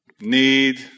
need